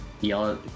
Yell